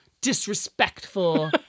disrespectful